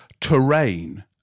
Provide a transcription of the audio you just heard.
terrain